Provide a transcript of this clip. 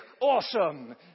awesome